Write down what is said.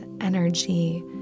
energy